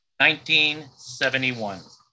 1971